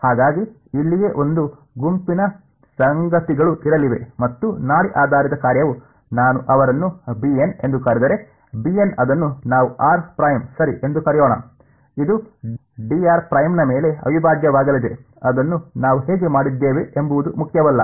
ಹಾಗಾಗಿ ಇಲ್ಲಿಯೇ ಒಂದು ಗುಂಪಿನ ಸಂಗತಿಗಳು ಇರಲಿವೆ ಮತ್ತು ನಾಡಿ ಆಧಾರಿತ ಕಾರ್ಯವು ನಾನು ಅವರನ್ನು bn ಎಂದು ಕರೆದರೆ bn ಅದನ್ನು ನಾವು ಸರಿ ಎಂದು ಕರೆಯೋಣ ಇದು ನ ಮೇಲೆ ಅವಿಭಾಜ್ಯವಾಗಲಿದೆ ಅದನ್ನು ನಾವು ಹೇಗೆ ಮಾಡಿದ್ದೇವೆ ಎಂಬುದು ಮುಖ್ಯವಲ್ಲ